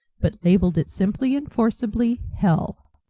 but labelled it simply and forcibly hell.